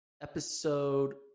episode